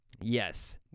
Yes